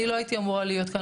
אני לא הייתי אמורה להיות כאן,